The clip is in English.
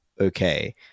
okay